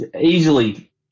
easily